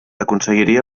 aconseguiria